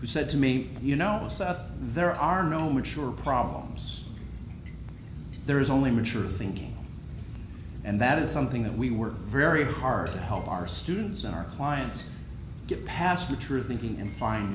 who said to me you know seth there are no mature problems there is only mature thinking and that is something that we work very hard to help our students aren't clients get past the true thinking and find